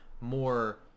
more